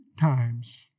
times